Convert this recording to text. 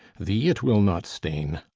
thee it will not stain.